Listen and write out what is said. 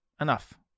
Enough